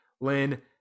Lynn